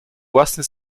własny